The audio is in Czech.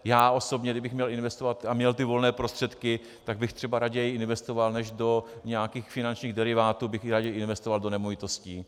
Já osobně, kdybych měl investovat a měl ty volné prostředky, tak bych třeba raději investoval než do nějakých finančních derivátů, tak bych raději investoval do nemovitostí.